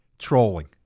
trolling